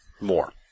more